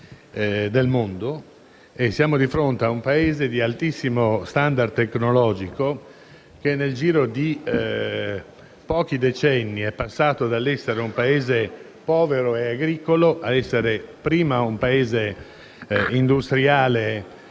siamo di fronte a un Paese di altissimo *standard* tecnologico che, nel giro di pochi decenni, è passato dell'essere un Paese povero e agricolo a essere prima un Paese industriale e